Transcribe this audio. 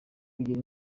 bigira